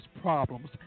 problems